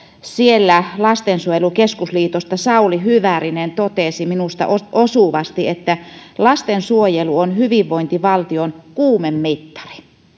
siellä lastensuojelun keskusliitosta sauli hyvärinen totesi minusta osuvasti että lastensuojelu on hyvinvointivaltion kuumemittari